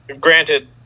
Granted